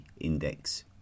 Index